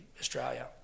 Australia